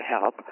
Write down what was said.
help